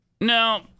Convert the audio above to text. No